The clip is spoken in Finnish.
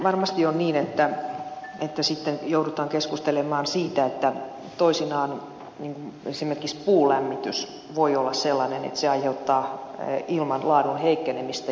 varmasti on niin että sitten joudutaan keskustelemaan siitä että toisinaan esimerkiksi puulämmitys voi olla sellainen että se aiheuttaa ilman laadun heikkenemistä